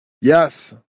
Yes